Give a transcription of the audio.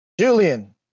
Julian